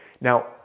Now